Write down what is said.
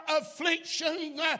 affliction